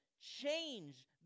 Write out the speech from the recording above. change